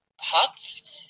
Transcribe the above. huts